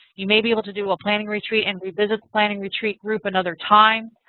you may be able to do a planning retreat and revisit the planning retreat group another time.